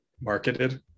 marketed